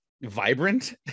vibrant